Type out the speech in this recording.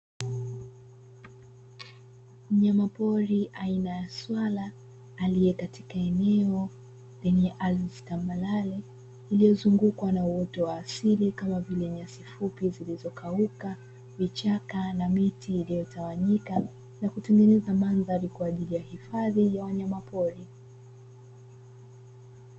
Mnyama pori aina swala aliye katika eneo lenye ardhi tambarare iliyozungukwa na uoto wa asili kama vile nyasi fupi zilizokauka, vichaka na miti iliyotawanyika na kutengeneza madhari kwa ajili ya hifadhi ya wanyamapori.